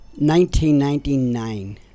1999